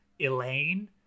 Elaine